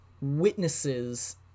witnesses